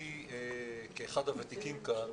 כאחד הוותיקים כאן,